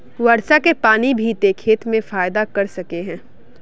वर्षा के पानी भी ते खेत में फायदा कर सके है?